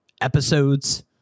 episodes